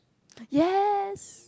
yes